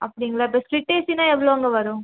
அப்படிங்களா இப்போ ஸ்ப்ளிட் ஏசின்னா எவ்வளோங்க வரும்